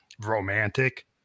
romantic